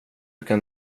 kan